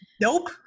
nope